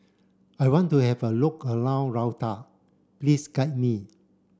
I want to have a look around Luanda please guide me